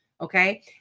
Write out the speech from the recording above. Okay